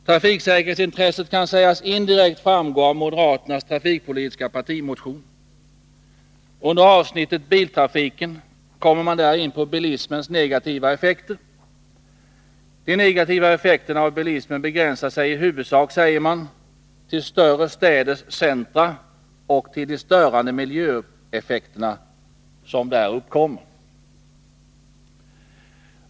Trafiksäkerhetsintresset kan sägas indirekt framgå av moderaternas trafikpolitiska partimotion. Under avsnittet Biltrafiken kommer de in på bilismens negativa effekter. De negativa effekterna av bilismen begränsar sig i huvudsak, säger moderaterna, till större städers centra och till de störande miljöeffekterna som där uppkommer.